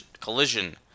Collision